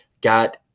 Got